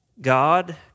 God